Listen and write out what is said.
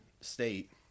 State